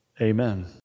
amen